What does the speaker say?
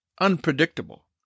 unpredictable